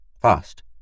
Fast